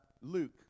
Luke